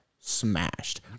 smashed